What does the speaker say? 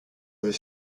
avait